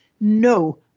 No